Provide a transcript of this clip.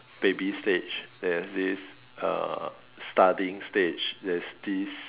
baby stage there's this uh studying stage there's this